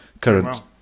Current